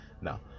no